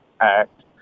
act